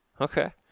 Okay